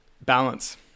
balance